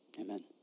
Amen